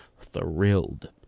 thrilled